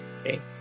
okay